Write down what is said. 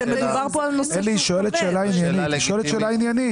היא שואלת שאלה עניינית.